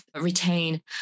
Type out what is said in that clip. retain